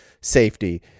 safety